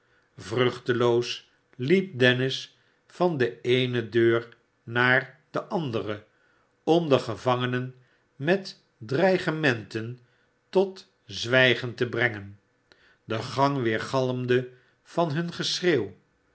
vruchteloos liep dennis van de eene deur naar de andere om de gevangenen met dreigementen tot zwijgen te brengen de gang weergalmde van hun geschreeuw